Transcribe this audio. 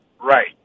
Right